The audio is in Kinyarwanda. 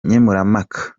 nkemurampaka